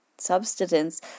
Substance